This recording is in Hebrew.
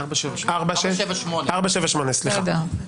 4.78%. 4.78%, סליחה.